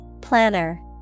Planner